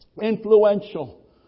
Influential